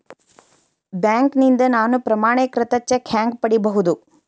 ಬ್ಯಾಂಕ್ನಿಂದ ನಾನು ಪ್ರಮಾಣೇಕೃತ ಚೆಕ್ ಹ್ಯಾಂಗ್ ಪಡಿಬಹುದು?